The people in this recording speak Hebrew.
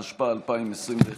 התשפ"א 2021,